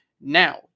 Now